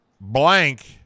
Blank